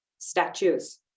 Statues